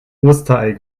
osterei